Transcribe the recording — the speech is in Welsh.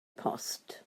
post